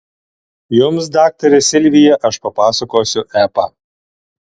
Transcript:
jums daktare silvija aš papasakosiu epą